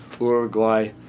Uruguay